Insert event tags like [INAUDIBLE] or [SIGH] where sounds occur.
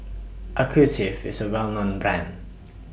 [UNINTELLIGIBLE] IS A Well known Brand